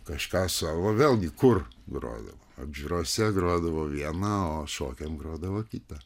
kažką savo vėlgi kur grodavo apžiūrose grodavo viena o šokiam grodavo kita